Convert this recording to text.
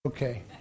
Okay